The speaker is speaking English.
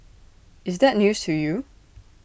is that news to you